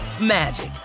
magic